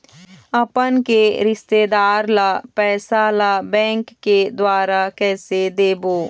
अपन के रिश्तेदार ला पैसा ला बैंक के द्वारा कैसे देबो?